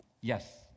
Yes